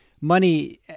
Money